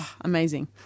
Amazing